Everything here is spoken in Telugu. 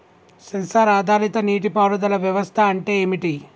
సెన్సార్ ఆధారిత నీటి పారుదల వ్యవస్థ అంటే ఏమిటి?